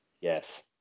Yes